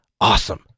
Awesome